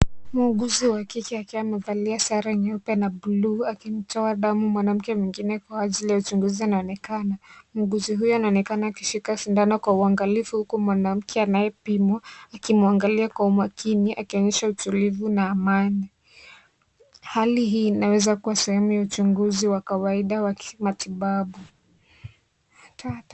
Muuguzi wa kike akiwa amevalia sare nyeupe na bluu. Akimtoa damu mwanamke mwingine kwa ajili ya ujungunzi anaonekana. Muuguzi huyo anaonekana akishika sindano kwa uangalifu huko mwanamke anayepimwa akimwangalia kwa umakini. Akionyesha utulivu na amani. Hali hii inaweza kuwa sehemu ya uchaguzi wa kawaida wa kimatibabu.